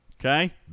Okay